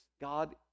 God